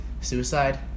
suicide